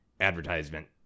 advertisement